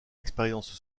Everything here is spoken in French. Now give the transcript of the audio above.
expériences